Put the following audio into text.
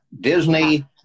Disney